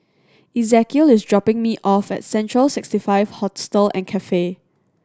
Ezekiel is dropping me off at Central Sixty Five Hostel and Cafe